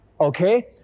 Okay